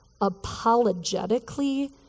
apologetically